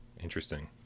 Interesting